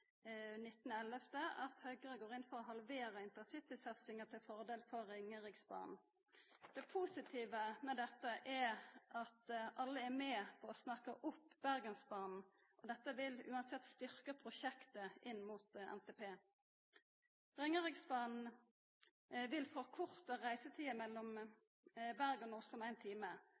19. november at Høgre går inn for å halvera intercitysatsinga til fordel for Ringeriksbanen. Det positive med dette er at alle er med og snakkar opp Bergensbanen. Dette vil uansett styrkja prosjektet inn mot NTP. Ringeriksbanen vil forkorta reisetida mellom Bergen og Oslo med ein time.